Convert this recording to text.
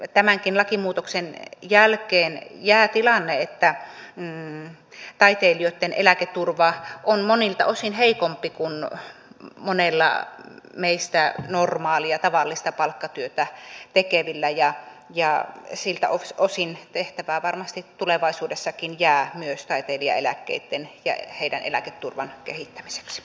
elikkä tämänkin lakimuutoksen jälkeen jää tilanne että taiteilijoitten eläketurva on monilta osin heikompi kuin monella meistä normaalia tavallista palkkatyötä tekevistä ja siltä osin tehtävää varmasti tulevaisuudessakin jää myös taiteilijaeläkkeitten ja taiteilijoitten eläketurvan kehittämiseksi